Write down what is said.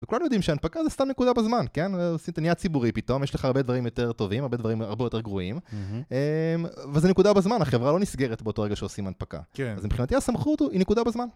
וכולנו יודעים שההנפקה זה סתם נקודה בזמן, כן? אתה נהיה ציבורי פתאום, יש לך הרבה דברים יותר טובים, הרבה דברים הרבה יותר גרועים וזה נקודה בזמן, החברה לא נסגרת באותו רגע שעושים הנפקה אז מבחינתי הסמכות היא נקודה בזמן